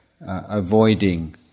avoiding